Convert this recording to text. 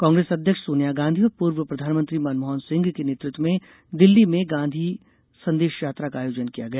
कांग्रेस अध्यक्ष सोनिया गांधी और पूर्व प्रधानमंत्री मनमोहन सिंह के नेतृत्व में दिल्ली में गांधी संदेश यात्रा का आयोजन किया गया